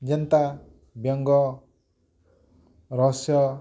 ଯେନ୍ତା ବ୍ୟଙ୍ଗ ରସ